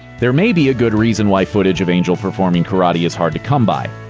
there may be a good reason why footage of angel performing karate is hard to come by.